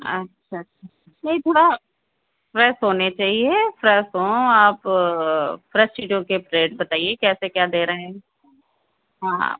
आच्छा अच्छा अच्छा यही थोड़ा फ्रेस होने चाहिए फ्रेस हों आप फ्रेश चीज़ों के रेट बताइए कैसे क्या दे रहे हैं हाँ